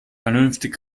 vernünftig